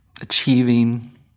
achieving